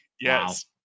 Yes